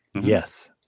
Yes